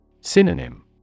Synonym